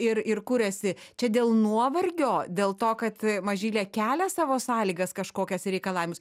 ir ir kur esi čia dėl nuovargio dėl to kad mažylė kelia savo sąlygas kažkokias reikalavimus